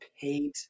paid